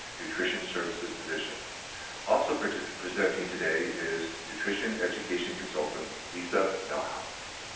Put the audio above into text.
nutrition services division also presenting presenting today is nutrition education consultant lisa melhouse.